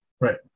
Right